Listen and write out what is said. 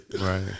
Right